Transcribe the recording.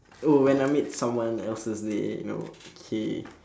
oh when I meet someone else's day oh okay